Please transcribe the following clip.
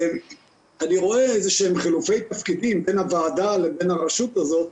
אני רואה איזה שהם חילופי תפקידים בין הוועדה לבין הרשות הזאת,